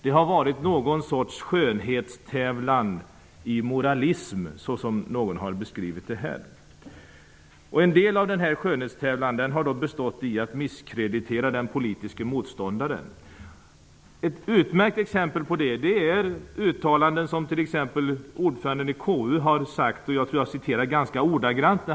Det har varit någon sorts skönhetstävling i moralism, som någon har beskrivit det här. En del av denna skönhetstävling har bestått i att misskreditera den politiska motståndaren. Ett utmärkt exempel på det är de uttalanden som ordföranden i KU har gjort.